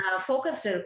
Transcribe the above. focused